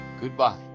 Goodbye